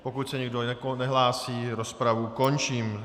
Pokud se nikdo nehlásí, rozpravu končím.